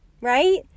right